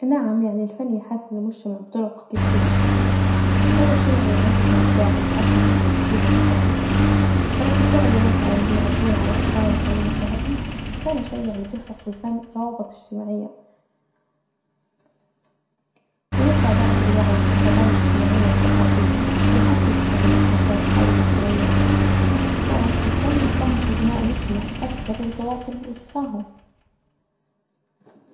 نعم يعني الفن يحسن المجتمع بطرق كثيرة، أول شي يعني يعزز الإبداع ويحفز في التفكير النقدي، فراح يساعد الناس على إنهم يعبرون على أفكارهم ومشاعرهم، ثاني شي يعني بيخلق الفن روابط إجتماعية، ويرفع بعد الوعي بالقضايا الإجتماعية والثقافية ويحفز بعد حول التغير، بإختصار الفن يساهم في بناء المجتمع أكثر وتواصله وتفاهمه.